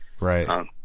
Right